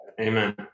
Amen